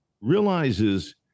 realizes